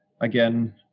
again